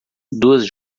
duas